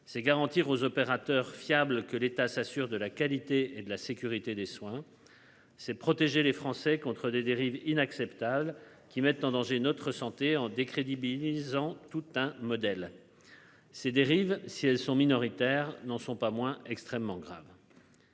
c'est garantir aux opérateurs fiable que l'État s'assure de la qualité et de la sécurité des soins. C'est protéger les Français contre des dérives inacceptables qui mettent en danger notre santé en décrédibilisant tout un modèle. Ces dérives si elles sont minoritaires n'en sont pas moins extrêmement grave.